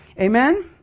Amen